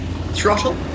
throttle